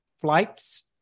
flights